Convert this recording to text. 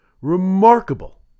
Remarkable